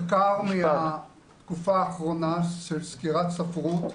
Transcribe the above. מחקר מהתקופה האחרונה של סקירת ספרות,